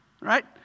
right